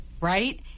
Right